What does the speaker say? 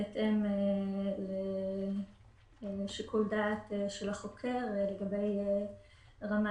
בהתאם לשיקול הדעת של החוקר לגבי רמת